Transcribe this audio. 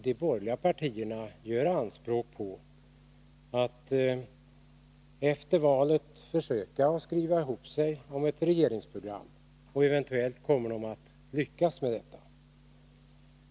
De borgerliga partierna gör anspråk på att efter valet skriva ett regeringsprogram, och eventuellt kommer de att lyckas med detta.